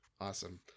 Awesome